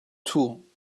two